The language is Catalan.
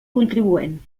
contribuent